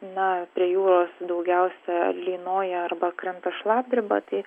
na prie jūros daugiausia lynoja arba krenta šlapdriba tai